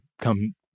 come